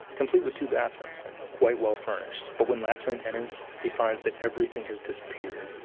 complete with two bathrooms and quite well-furnished. but when lachemann enters, he finds that everything has disappeared.